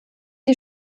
die